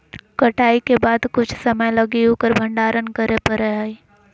कटाई के बाद कुछ समय लगी उकर भंडारण करे परैय हइ